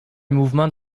mouvement